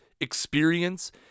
experience